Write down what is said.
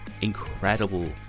incredible